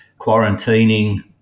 quarantining